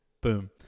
Boom